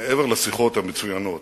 ומעבר לשיחות המצוינות,